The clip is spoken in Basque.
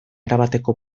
erabateko